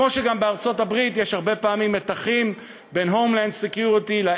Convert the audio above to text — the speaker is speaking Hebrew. כמו שגם בארצות-הברית יש הרבה פעמים מתחים בין"Homeland Security" ,